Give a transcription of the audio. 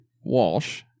Walsh